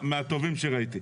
מהטובים שראיתי.